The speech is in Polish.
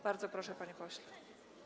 Bardzo proszę, panie pośle.